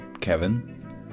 Kevin